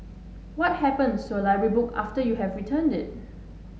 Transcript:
what happens to a library book after you have returned it